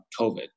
COVID